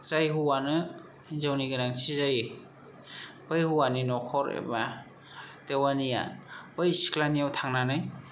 जाय हौवानो हिनजावनि गोनांथि जायो बै हौवानि न'खर एबा देवानिआ बै सिख्लानिआव थांनानै